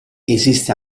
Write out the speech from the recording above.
esiste